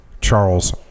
Charles